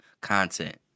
content